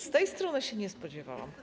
Z tej strony się nie spodziewałam.